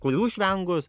kurių išvengus